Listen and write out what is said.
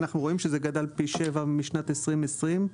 אנחנו רואים שזה גדל פי 7 מ-2018 ל-2020.